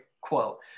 quote